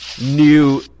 new